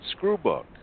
screwbook